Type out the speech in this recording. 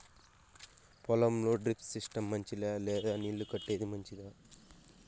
పొలం లో drip system మంచిదా లేదా నీళ్లు కట్టేది మంచిదా?